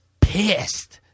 pissed